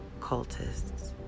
cultists